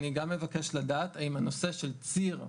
אני גם מבקש לדעת האם הנושא של ציר,